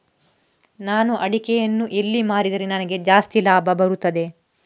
ನಾನು ಅಡಿಕೆಯನ್ನು ಎಲ್ಲಿ ಮಾರಿದರೆ ನನಗೆ ಜಾಸ್ತಿ ಲಾಭ ಬರುತ್ತದೆ?